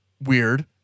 weird